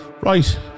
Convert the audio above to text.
right